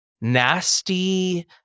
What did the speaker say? nasty